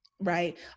right